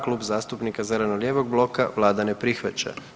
Klub zastupnika zeleno-lijevog bloka, vlada ne prihvaća.